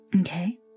Okay